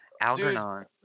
algernon